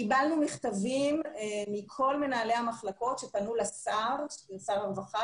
קיבלנו מכתבים מכל מנהלי המחלקות שפנו לשר הרווחה